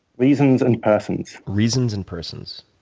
reasons and persons. reasons and persons.